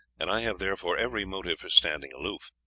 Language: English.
and i have therefore every motive for standing aloof.